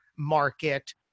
market